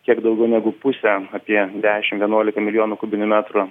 kiek daugiau negu pusę apie dešim vienuolika milijonų kubinių metrų